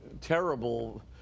terrible